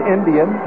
Indian